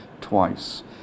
twice